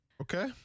Okay